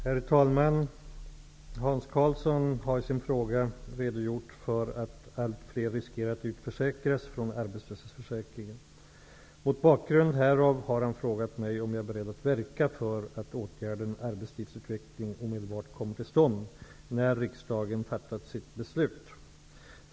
Herr talman! Hans Karlsson har i sin fråga redogjort för att allt fler riskerar att utförsäkras från arbetslöshetsförsäkringen. Mot bakgrund härav har han frågat mig om jag är beredd att verka för att åtgärden arbetslivsutveckling omedelbart kommer till stånd när riksdagen fattat sitt beslut.